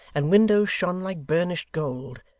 and windows shone like burnished gold,